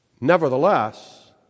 Nevertheless